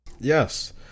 yes